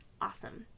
awesome